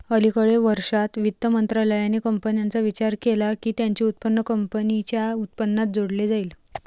अलिकडे वर्षांत, वित्त मंत्रालयाने कंपन्यांचा विचार केला की त्यांचे उत्पन्न कंपनीच्या उत्पन्नात जोडले जाईल